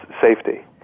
safety